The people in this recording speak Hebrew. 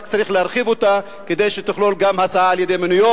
רק צריך להרחיב אותה כדי שתכלול גם הסעה על-ידי מוניות.